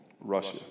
Russia